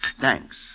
Thanks